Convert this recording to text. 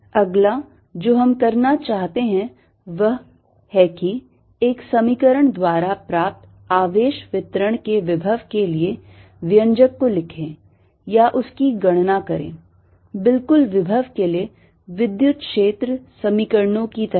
अगला जो हम करना चाहते हैं वह है कि एक समीकरण द्वारा प्राप्त आवेश वितरण के विभव के लिए व्यंजक को लिखें या उसकी गणना करें बिलकुल विभव के लिए विद्युत क्षेत्र समीकरणनों की तरह